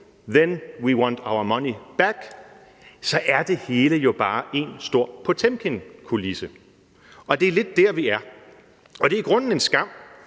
then we want our money back. Gør man ikke det, er det hele jo bare en stor potemkinkulisse. Det er lidt der, vi er, og det er i grunden en skam,